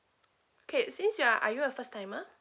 okay since you are are you a first timer